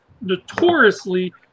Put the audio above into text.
notoriously